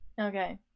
okay